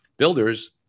Builders